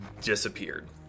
disappeared